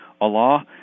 Allah